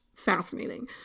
Fascinating